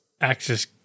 Access